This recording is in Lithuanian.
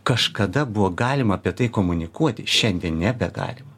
kažkada buvo galima apie tai komunikuoti šiandien nebegalima